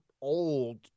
old